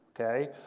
okay